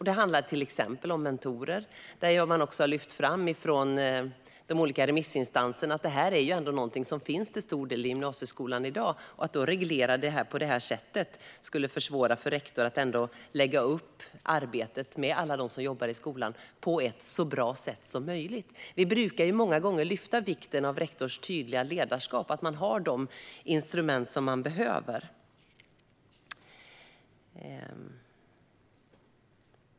Det handlar till exempel om mentorer. De olika remissinstanserna har lyft fram att mentorer finns i gymnasieskolan i dag, och en reglering skulle försvåra för rektor att ändå lägga upp arbetet med alla dem som jobbar i skolan på ett så bra sätt som möjligt. Vi brukar lyfta upp vikten av rektors tydliga ledarskap och att de instrument som man behöver finns tillgängliga.